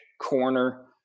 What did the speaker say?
corner